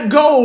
go